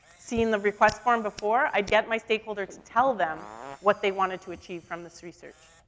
seen the request form before. i'd get my stakeholder to tell them what they wanted to achieve from this research.